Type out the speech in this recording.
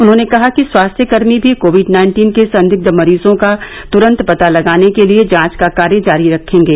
उन्होंने कहा कि स्वास्थ्यकर्मी भी कोविड नाइन्टीन के संदिग्ध मरीजों का तुरन्त पता लगाने के लिए जांच का कार्य जारी रखेंगे